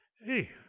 Hey